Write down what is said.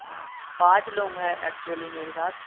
हाँ पांच लोग हैं एक्चुअली मेरे साथ